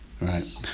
Right